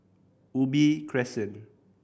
Ubi Crescent